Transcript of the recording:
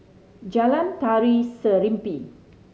Jalan Tari Serimpi